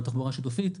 התחבורה השיתופית.